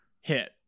hit